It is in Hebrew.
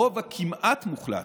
הרוב הכמעט-מוחלט,